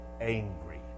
angry